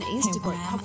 Instagram